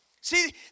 See